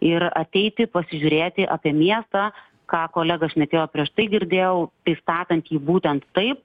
ir ateiti pasižiūrėti apie miestą ką kolega šnekėjo prieš tai girdėjau pristatant jį būtent taip